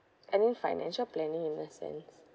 any financial planning in that sense